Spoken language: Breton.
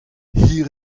hir